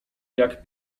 jak